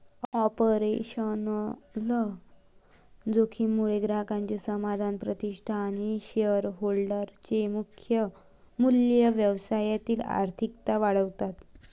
operational जोखीम मुळे ग्राहकांचे समाधान, प्रतिष्ठा आणि शेअरहोल्डर चे मूल्य, व्यवसायातील अस्थिरता वाढतात